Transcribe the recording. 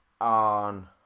on